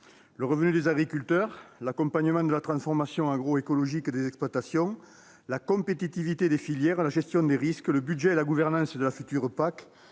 Le revenu des agriculteurs, l'accompagnement de la transformation agroécologique des exploitations, la compétitivité des filières, la gestion des risques, le budget et la gouvernance de la future PAC,